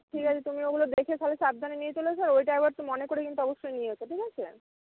ঠিক আছে তুমি ওইগুলো দেখে তাহলে সাবধানে নিয়ে চলে এসো আর ওইটা একবার কিন্তু মনে করে কিন্তু অবশ্যই নিয়ে এসো ঠিক আছে